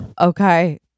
Okay